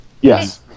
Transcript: Yes